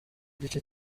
igice